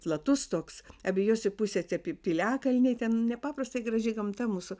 platus toks abiejose pusėse pi piliakalniai ten nepaprastai graži gamta mūsų